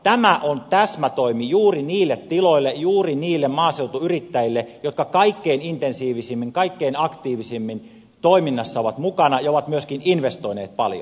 tämä on täsmätoimi juuri niille tiloille juuri niille maaseutuyrittäjille jotka kaikkein intensiivisimmin kaikkein aktiivisimmin toiminnassa ovat mukana ja ovat myöskin investoineet paljon